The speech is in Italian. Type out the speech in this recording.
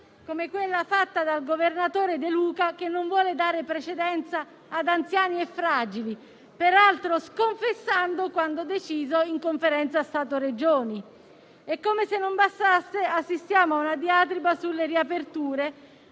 come quella fatta dal governatore De Luca, che non vuole dare precedenza ad anziani e fragili, peraltro sconfessando quanto deciso in Conferenza Stato-Regioni. Come se non bastasse, assistiamo a una diatriba sulle riaperture,